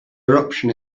eruption